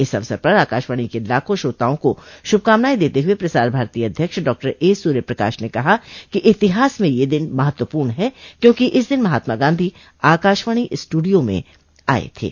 इस अवसर पर आकाशवाणी के लाखों श्रोताओं को शुभकामनाएं देते हुए प्रसार भारती अध्यक्ष डॉ ए सूर्यप्रकाश ने कहा है कि इतिहास में यह दिन महत्वपूर्ण है क्योंकि इस दिन महात्मा गांधी आकाशवाणी स्ट्रिडियो में आए थे